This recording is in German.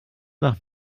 nach